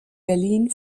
berlin